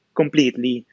completely